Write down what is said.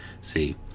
See